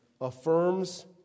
affirms